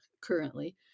currently